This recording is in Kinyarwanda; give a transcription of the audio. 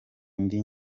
indi